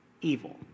evil